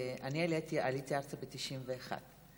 אני עליתי ארצה ב-1991,